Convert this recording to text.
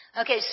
okay